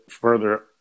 further